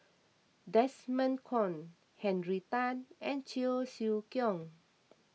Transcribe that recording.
Desmond Kon Henry Tan and Cheong Siew Keong